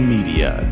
Media